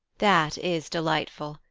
that is delightful,